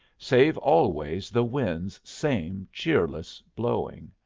save always the wind's same cheerless blowing.